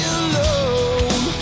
alone